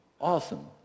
Awesome